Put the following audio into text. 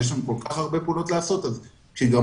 כשיש לנו כל כך הרבה פעולות לעשות,